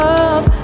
up